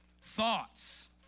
thoughts